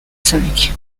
cinq